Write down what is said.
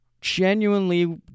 genuinely